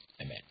Amen